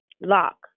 lock